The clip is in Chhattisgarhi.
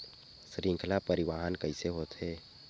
श्रृंखला परिवाहन कइसे होथे?